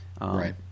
Right